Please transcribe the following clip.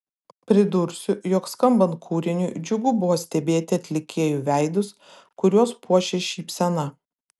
pridursiu jog skambant kūriniui džiugu buvo stebėti atlikėjų veidus kuriuos puošė šypsena